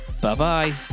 Bye-bye